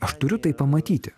aš turiu tai pamatyti